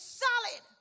solid